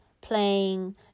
playing